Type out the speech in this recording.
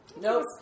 Nope